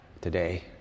today